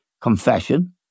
confession